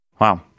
wow